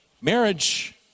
Marriage